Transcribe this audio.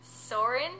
Soren